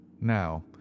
Now